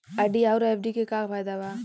RD आउर FD के का फायदा बा?